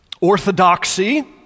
Orthodoxy